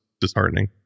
disheartening